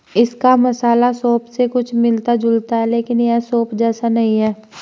इसका मसाला सौंफ से कुछ मिलता जुलता है लेकिन यह सौंफ जैसा नहीं है